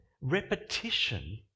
Repetition